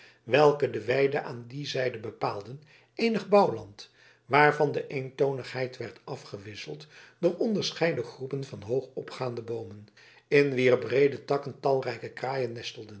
welke de weide aan die zijde bepaalden eenig bouwland waarvan de eentonigheid werd afgewisseld door onderscheiden groepen van hoogopgaande boomen in wier breede takken talrijke